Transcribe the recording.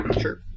Sure